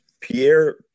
Pierre